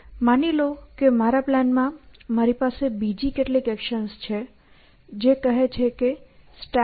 હવે માની લો કે મારા પ્લાનમાં મારી પાસે બીજી કેટલીક એક્શન્સ છે જે કહે છે કે StackDY